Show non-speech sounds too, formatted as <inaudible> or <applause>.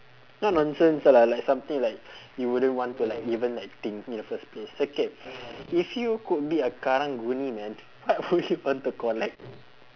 not nonsense lah like something like <breath> you wouldn't want to like even like think in the first place okay <breath> if you could be a karang guni man what would you want to collect